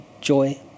joy